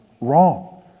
wrong